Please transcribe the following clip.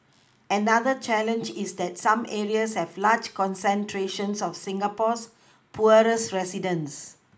another challenge is that some areas have large concentrations of Singapore's poorest residents